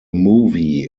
movie